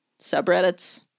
subreddits